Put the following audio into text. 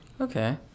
okay